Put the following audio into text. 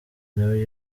nawe